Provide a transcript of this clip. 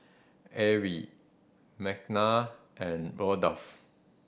Arrie Makenna and Rudolph